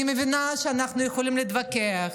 אני מבינה שאנחנו יכולים להתווכח,